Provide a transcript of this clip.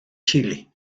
chile